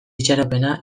itxaropena